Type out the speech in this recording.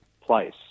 place